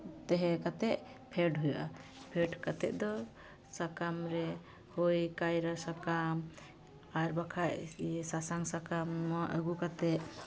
ᱛᱟᱦᱮᱸ ᱠᱟᱛᱮᱫ ᱯᱷᱮᱰ ᱦᱩᱭᱩᱜᱼᱟ ᱯᱷᱮᱰ ᱠᱟᱛᱮᱫ ᱫᱚ ᱥᱟᱠᱟᱢ ᱨᱮ ᱠᱟᱭᱨᱟ ᱥᱟᱠᱟᱢ ᱟᱨ ᱵᱟᱠᱷᱟᱡ ᱥᱟᱥᱟᱝ ᱥᱟᱠᱟᱢ ᱟᱹᱜᱩ ᱠᱟᱛᱮᱫ